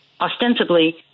ostensibly